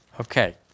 Okay